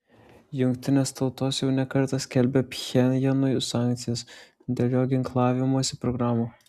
jungtinės tautos jau ne kartą skelbė pchenjanui sankcijas dėl jo ginklavimosi programų